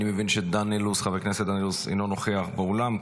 אני מבין שחבר הכנסת דן אילוז אינו נוכח באולם,